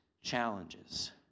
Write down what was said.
challenges